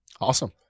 Awesome